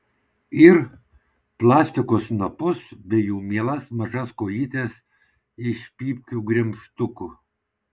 ir plastiko snapus bei jų mielas mažas kojytes iš pypkių gremžtukų